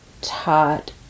taught